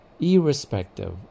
irrespective